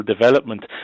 development